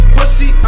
Pussy